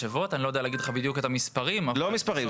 אני לא יודע להגיד לך בדיוק את המספרים --- אני לא שואל מה המספרים,